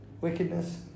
wickedness